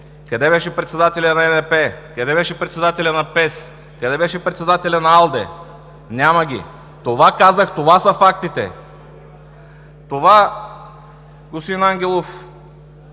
къде беше председателят на ЕНП, къде беше председателят на ПЕС, къде беше председателят на АЛДЕ? – Няма ги. Това казах, това са фактите. Господин Ангелов,